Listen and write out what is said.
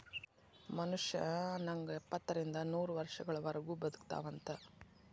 ಮನುಷ್ಯ ನಂಗ ಎಪ್ಪತ್ತರಿಂದ ನೂರ ವರ್ಷಗಳವರಗು ಬದಕತಾವಂತ